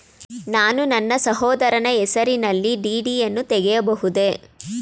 ನಾನು ನನ್ನ ಸಹೋದರನ ಹೆಸರಿನಲ್ಲಿ ಡಿ.ಡಿ ಯನ್ನು ತೆಗೆಯಬಹುದೇ?